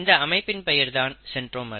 இந்த அமைப்பின் பெயர் தான் சென்றோமர்